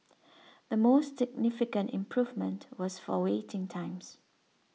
the most significant improvement was for waiting times